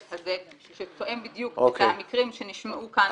הזה שהוא תואם בדיוק את המקרים שנשמעו כאן.